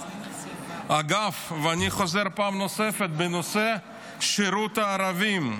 אגב, אני חוזר פעם נוספת לנושא שירות הערבים,